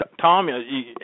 Tom